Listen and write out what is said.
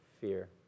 fear